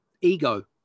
ego